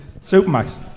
Supermax